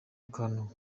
akantu